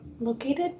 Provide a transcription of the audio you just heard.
located